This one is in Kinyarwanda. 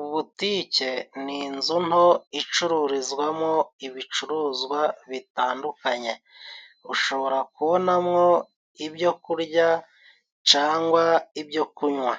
Ubutike ni inzu nto icururizwamo ibicuruzwa bitandukanye ushobora kubonamo ibyokurya cangwa ibyo kunywa,